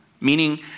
Meaning